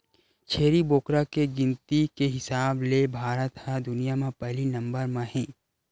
छेरी बोकरा के गिनती के हिसाब ले भारत ह दुनिया म पहिली नंबर म हे